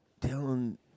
telling